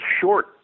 short